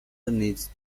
needs